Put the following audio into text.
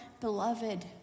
beloved